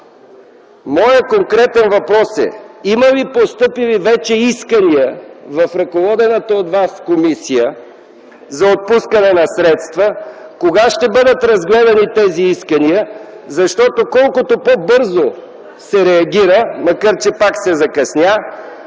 Моят конкретен въпрос е: има ли вече постъпили искания в ръководената от Вас комисия за отпускане на средства? Кога ще бъдат разгледани тези искания? Защото колкото по-бързо се реагира, макар че пак се закъсня,